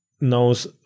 knows